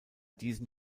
diesen